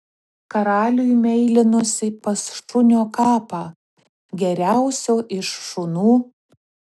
karaliui meilinosi pas šunio kapą geriausio iš šunų